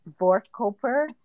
Vorkoper